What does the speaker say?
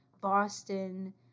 Boston